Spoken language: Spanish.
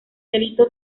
delito